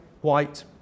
white